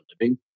living